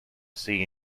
see